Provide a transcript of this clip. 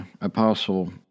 Apostle